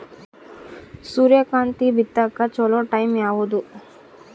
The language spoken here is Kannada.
ಸೂರ್ಯಕಾಂತಿ ಬಿತ್ತಕ ಚೋಲೊ ಟೈಂ ಯಾವುದು?